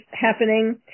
happening